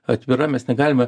atvira mes negalime